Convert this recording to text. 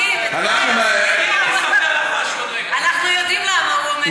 אנחנו יודעים למה הוא אומר את זה.